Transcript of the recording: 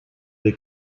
wir